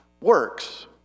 works